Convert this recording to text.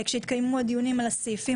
כשיתקיימו הדיונים על העיפים,